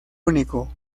único